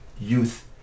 youth